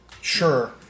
Sure